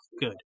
good